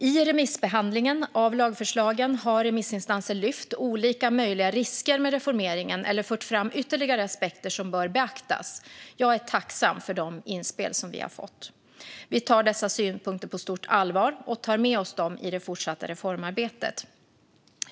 I remissbehandlingen av lagförslagen har remissinstanser lyft fram olika möjliga risker med reformeringen eller fört fram ytterligare aspekter som bör beaktas. Jag är tacksam för de inspel vi har fått. Vi tar dessa synpunkter på stort allvar och tar dem med oss i det fortsatta reformarbetet.